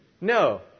No